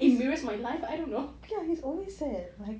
it relates my life I don't know